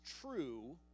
true